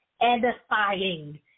edifying